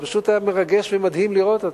זה פשוט היה מרגש ומדהים לראות אותו: